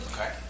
okay